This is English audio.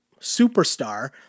superstar